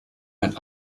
ein